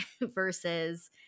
versus